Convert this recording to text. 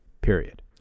Period